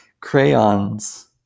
crayons